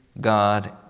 god